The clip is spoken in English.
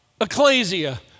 ecclesia